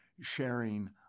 sharing